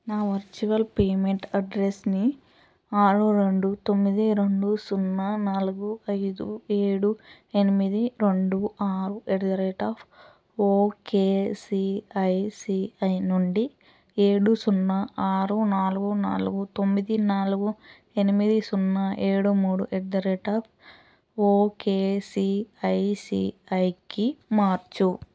నా virtual payment అడ్రెస్ని ఆరు రెండు తొమ్మిది రెండు సున్నా నాలుగు ఐదు ఏడు ఎనిమిది రెండు ఆరు at the rate of okay ICICI నుండి ఏడు సున్నా ఆరు నాలుగు నాలుగు తొమ్మిది నాలుగు ఎనిమిది సున్నా ఏడు మూడు at the rate of okay సిఐసిఐకి మార్చు